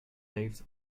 paved